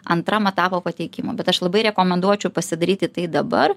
antram etapo pateikimo bet aš labai rekomenduočiau pasidaryti tai dabar